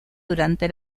durante